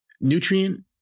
Nutrient